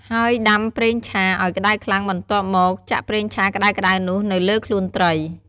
ហើយដាំប្រេងឆាឲ្យក្ដៅខ្លាំង បន្ទាប់មក ចាក់ប្រេងឆាក្ដៅៗនោះ និងលើខ្លួនត្រី។